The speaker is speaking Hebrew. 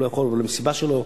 איפה המסיבה שלו.